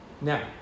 Now